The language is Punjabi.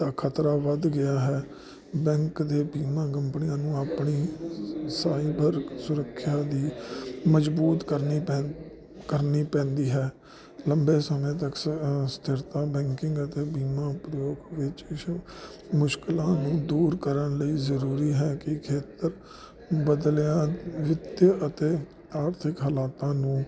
ਖਤਰਾ ਵੱਧ ਗਿਆ ਹੈ ਬੈਂਕ ਦੇ ਬੀਮਾ ਕੰਪਨੀਆਂ ਨੂੰ ਆਪਣੀ ਸਾਈਬਰ ਸੁਰੱਖਿਆ ਦੀ ਮਜਬੂਤ ਕਰਨੀ ਪੈਂਦੀ ਹੈ ਲੰਬੇ ਸਮੇਂ ਤੱਕ ਸਥਿਰਤਾ ਬੈਂਕਿੰਗ ਅਤੇ ਬੀਮਾ ਉਪਯੋਗ ਵਿੱਚ ਮੁਸ਼ਕਿਲਾਂ ਦੂਰ ਕਰਨ ਲਈ ਜਰੂਰੀ ਹੈ ਕਿ ਖੇਤਰ ਬਦਲਿਆ ਵਿੱਤ ਆਰਥਿਕ ਹਾਲਾਤਾਂ ਨੂੰ